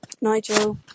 Nigel